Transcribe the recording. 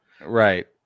Right